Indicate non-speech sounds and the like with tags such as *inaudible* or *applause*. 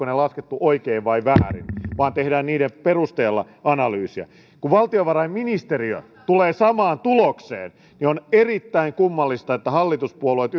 *unintelligible* ne laskettu oikein vai väärin vaan voidaan tehdä niiden perusteella analyysiä kun valtiovarainministeriö tulee samaan tulokseen niin on erittäin kummallista että hallituspuolueet *unintelligible*